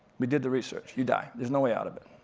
we did the research, you die, there's no way out of it.